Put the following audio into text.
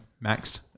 Max